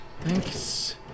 Thanks